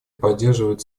поддерживают